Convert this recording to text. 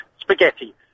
spaghetti